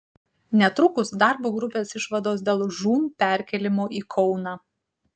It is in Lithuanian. netrukus darbo grupės išvados dėl žūm perkėlimo į kauną